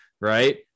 right